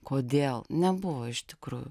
kodėl nebuvo iš tikrųjų